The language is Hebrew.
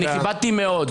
אני כיבדתי מאוד.